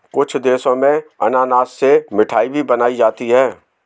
कुछ देशों में अनानास से मिठाई भी बनाई जाती है